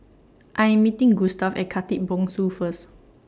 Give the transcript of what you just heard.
I Am meeting Gustav At Khatib Bongsu First